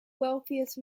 wealthiest